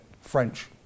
French